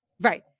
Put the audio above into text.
Right